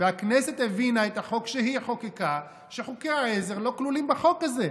הכנסת הבינה את החוק שהיא חוקקה כך שחוקי העזר לא כלולים בחוק הזה.